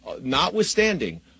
notwithstanding